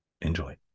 Enjoy